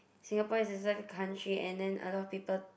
Singapore is a country and then a lot of people